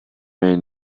man